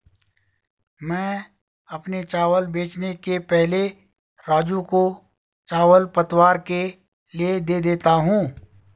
मैं अपने चावल बेचने के पहले राजू को चावल पतवार के लिए दे देता हूं